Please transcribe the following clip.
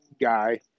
Guy